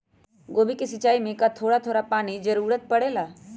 गोभी के सिचाई में का थोड़ा थोड़ा पानी के जरूरत परे ला?